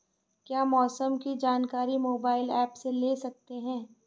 क्या मौसम की जानकारी मोबाइल ऐप से ले सकते हैं?